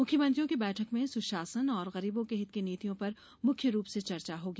मुख्यमंत्रियों की बैठक में सुशासन और गरीबों के हित की नीतियों पर मुख्य रूप से चर्चा होगी